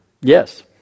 Yes